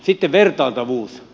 sitten vertailtavuus